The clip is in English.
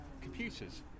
computers